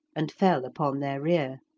and fell upon their rear.